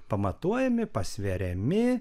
pamatuojami pasveriami